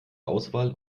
auswahl